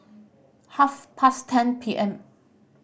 half past ten P M